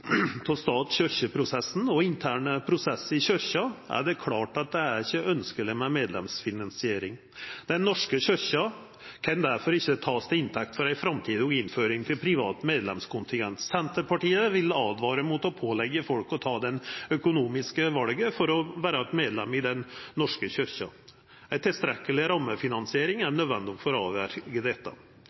og interne prosessar i Kyrkja har det vorte klart at det ikkje er ønskjeleg med medlemsfinansiering. Den norske kyrkja kan difor ikkje takast til inntekt for ei framtidig innføring av privat medlemskontingent. Senterpartiet vil åtvara mot å påleggja folk å ta eit økonomisk val for å vera medlem i Den norske kyrkja. Ei tilstrekkeleg rammefinansiering er nødvendig for å hindra dette.